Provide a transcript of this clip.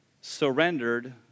surrendered